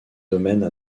domaines